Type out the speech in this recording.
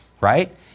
right